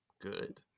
good